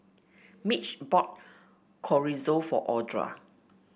Mitch brought Chorizo for Audra